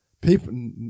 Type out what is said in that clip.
people